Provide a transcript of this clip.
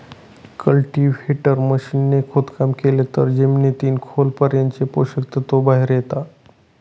cultivator machine ने खोदकाम केलं तर जमिनीतील खोल पर्यंतचे पोषक तत्व बाहेर येता